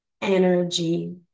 energy